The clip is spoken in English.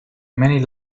many